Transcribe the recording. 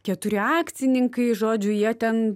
keturi akcininkai žodžiu jie ten